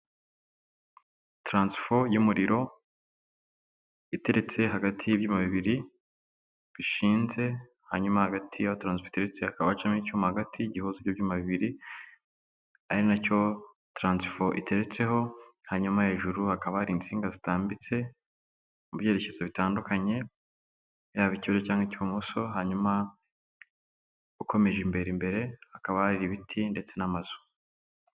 Taransifo y'umuriro iteretse hagati y'iibyuma bibiri bishinze hanyuma hagati y'uturanstetsi hakabacamo icyuma hagati y'igihoza ibyuma bibiri, ari nacyo taransifo iteretseho hanyuma hejuru hakaba hari insinga zitambitse mu byerekezo bitandukanye, yabituro cyangwa cy'ibumoso hanyuma ukomeje imbere imbere akabarira ibiti ndetse n'amazu.